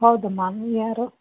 ಹೌದಮ್ಮ ನೀವ್ಯಾರು